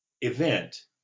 event